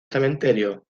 cementerio